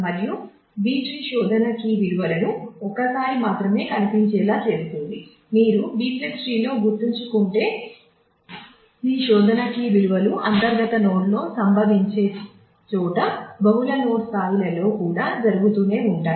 మరియు B tree శోధన key విలువలను ఒక్కసారి మాత్రమే కనిపించేలా చేస్తుంది మీరు B ట్రీ లో గుర్తుంచుకుంటే మీ శోధన కీ విలువలు అంతర్గత నోడ్లో సంభవించే చోట బహుళ నోడ్ స్థాయిలలో కూడా జరుగుతూనే ఉంటాయి